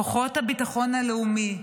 כוחות הביטחון הלאומי,